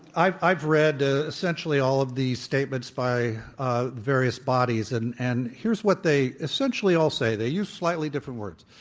i've i've read ah essentially all the statements by ah various bodies. and and here's what they essentially all say. they use slightly different words.